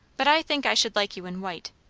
but i think i should like you in white.